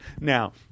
Now